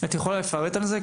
את יכולה לפרט על זה?